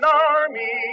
army